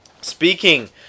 Speaking